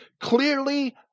clearly